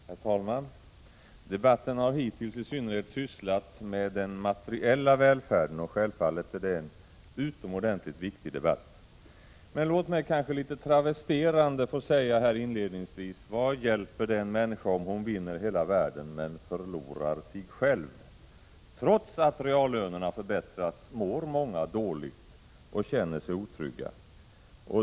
Herr talman! Debatten har hittills i synnerhet handlat om den materiella välfärden, och det är självfallet en utomordentligt viktig debatt. Men låt mig inledningsvis, litet travesterande få säga: Vad hjälper det en människa om hon vinner hela världen men förlorar sig själv? Trots att reallönerna har förbättrats mår många dåligt och känner sig otrygga.